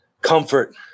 comfort